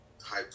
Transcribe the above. high